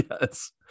yes